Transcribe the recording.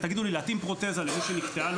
יגידו לי להתאים פרוטזה למי שנקטעה לו